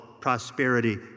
prosperity